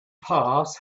path